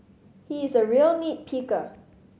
he is a real nit picker